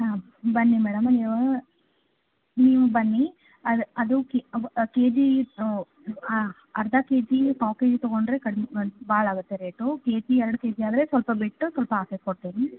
ಹಾಂ ಬನ್ನಿ ಮೇಡಮ್ ನೀವು ನೀವು ಬನ್ನಿ ಅದು ಅದು ಅಬ್ ಕೆ ಜೀ ಅರ್ಧ ಕೆ ಜಿ ಟೋಕನ್ ತೊಗೊಂಡ್ರೆ ಕಡಿಮೆ ಭಾಳ ಆಗುತ್ತೆ ರೇಟು ಕೆ ಜಿ ಎರಡು ಕೆ ಜಿ ಆದರೆ ಸ್ವಲ್ಪ ಬಿಟ್ಟು ತೂಕ ಹಾಕಿಸಿ ಕೊಡ್ತೀವಿ